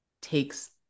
takes